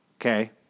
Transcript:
Okay